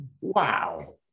Wow